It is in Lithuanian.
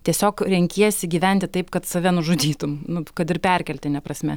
tiesiog renkiesi gyventi taip kad save nužudytum nu kad ir perkeltine prasme